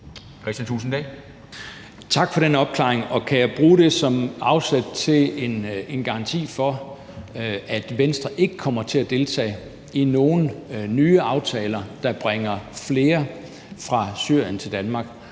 Kristian Thulesen Dahl (DF): Tak for den opklaring. Kan jeg bruge det som afsæt for at få en garanti for, at Venstre ikke kommer til at deltage i nogen nye aftaler, der bringer flere fra Syrien til Danmark?